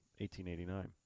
1889